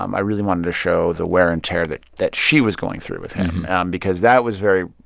um i really wanted to show the wear and tear that that she was going through with him because that was very,